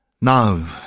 No